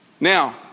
Now